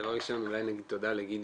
דבר ראשון אולי נגיד תודה לגדעון,